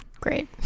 great